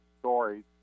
stories